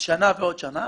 ועוד שנה.